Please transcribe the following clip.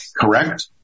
correct